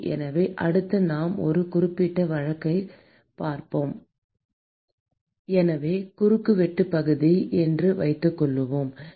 எனவே அடுத்து நாம் ஒரு குறிப்பிட்ட வழக்குக்குச் செல்கிறோம் எனவே குறுக்கு வெட்டு பகுதி என்று வைத்துக்கொள்வோம் மாணவர் நேரத்தைப் பார்க்கவும் 0711